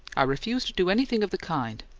i refuse to do anything of the kind.